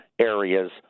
areas